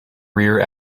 rear